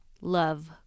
love